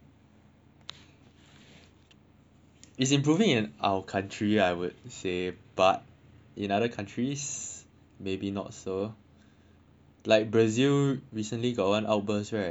it's improving in our country I would say but in other countries maybe not so like Brazil recently got one outburst right